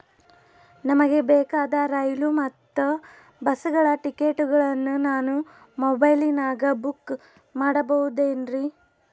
ನಮಗೆ ಬೇಕಾದ ರೈಲು ಮತ್ತ ಬಸ್ಸುಗಳ ಟಿಕೆಟುಗಳನ್ನ ನಾನು ಮೊಬೈಲಿನಾಗ ಬುಕ್ ಮಾಡಬಹುದೇನ್ರಿ?